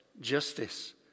justice